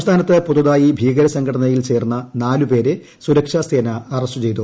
സംസ്ഥാനത്ത് പുതുതായി ഭീകരസംഘടനയിൽ ചേർന്ന നാലു പേരെ സുരക്ഷാസേന അറസ്റ്റ് ചെയ്തു